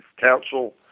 council